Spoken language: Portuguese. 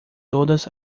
todas